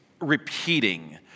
repeating